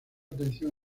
atención